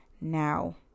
now